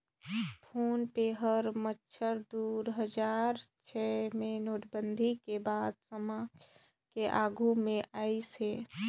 phone पे हर बछर दू हजार छै मे नोटबंदी के बाद समाज के आघू मे आइस हे